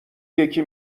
یکی